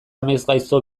amesgaizto